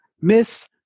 Miss